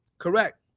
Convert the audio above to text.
Correct